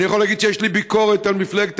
אני יכול להגיד שיש לי ביקורת על מפלגת